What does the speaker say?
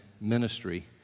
ministry